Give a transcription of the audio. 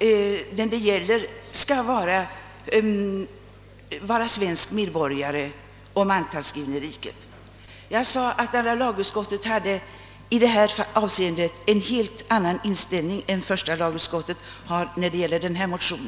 vederbörande är svensk medborgare och mantalsskriven i riket. Jag nämnde tidigare att andra lagutskottet i detta avseende hade en helt annan inställning än var första lagutskottet visat i samband med behandlingen av förevarande motion.